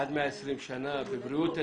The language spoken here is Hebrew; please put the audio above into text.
עד 120 שנה בבריאות איתנה.